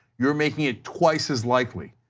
you are making it twice as likely.